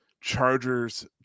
Chargers